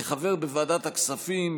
כחבר בוועדת הכספים,